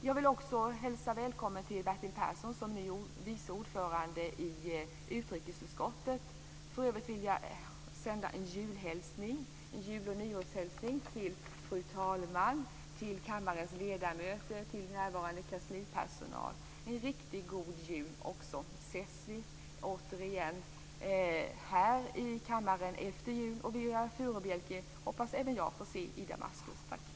Jag hälsar välkommen Bertil Persson som ny vice ordförande i utrikesutskottet. För övrigt vill jag sända en jul och nyårshälsning till fru talman, till kammarens ledamöter och närvarande kanslipersonal. En riktigt god jul. Så ses vi återigen här i kammaren efter jul. Viola Furubjelke hoppas även jag att få se i Damaskus.